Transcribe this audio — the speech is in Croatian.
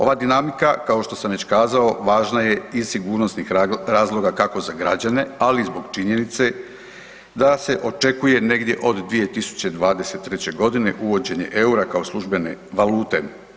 Ova dinamika kao što sam već kazao važna je iz sigurnosnih razloga kako za građane, ali i zbog činjenice da se očekuje negdje od 2023. godine uvođenje eura kao službene valute.